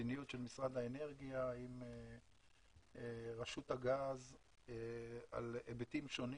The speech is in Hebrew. המדיניות של משרד האנרגיה עם רשות הגז על היבטים שונים,